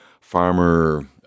farmer